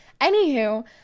anywho